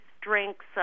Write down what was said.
drinks